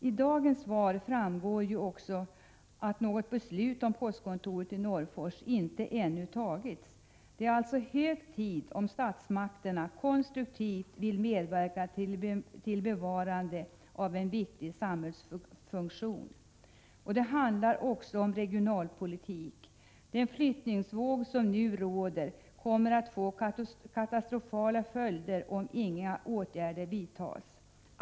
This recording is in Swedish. I dagens svar framgår ju också att något beslut om postkontoret i Norrfors ännu inte tagits. Det är alltså hög tid om statsmakterna konstruktivt vill medverka till bevarande av en viktig samhällsfunktion. Det handlar också om regionalpolitik. Den flyttningsvåg som nu råder kommer att få katastrofala följder om inga åtgärder vidtas.